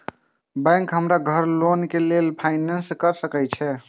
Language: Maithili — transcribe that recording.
बैंक हमरा घर लोन के लेल फाईनांस कर सके छे?